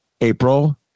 April